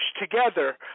together